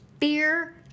Fear